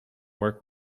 work